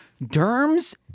Derms